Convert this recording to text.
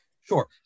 sure